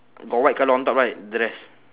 got white colour on top right dress